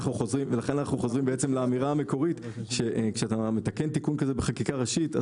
אנחנו חוזרים לאמירה המקורית שכשאתה מתקן תיקון כזה בחקיקה ראשית,